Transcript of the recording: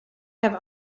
have